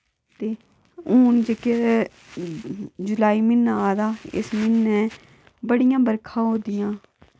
ते हुन जेह्के जुलाई म्हीना आदा इस म्हीनै बड़ियां बरखां हो दियां